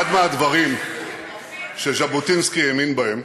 אחד מהדברים שז'בוטינסקי האמין בהם